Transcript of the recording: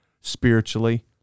spiritually